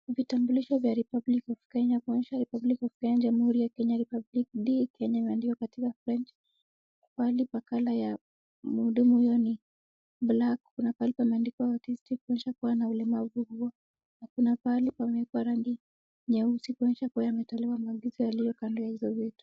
Vitambulisho vya Republic of Kenya , kuonyesha Republic of Kenya, Jamhuri ya Kenya. Republic D Kenya imeandikwa katika French. Pahali pa color ya mhudumu huyo ni black. Kuna pahali pameandikwa autistic kuonyesha kuwa ana ulemavu huo na kuna pahali pamewekwa rangi nyeusi kuonyesha kuwa ametolewa maagizo yaliyo kando ya hizo vitu.